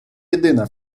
єдина